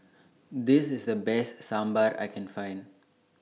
This IS The Best Sambar that I Can Find